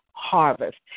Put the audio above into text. harvest